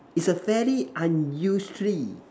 it's a fairly unusually